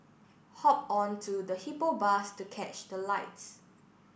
hop onto the Hippo Bus to catch the lights